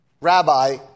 Rabbi